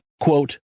quote